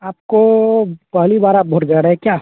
आपको पहली बार आप वोट दे रहे हैं क्या